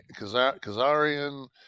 Kazarian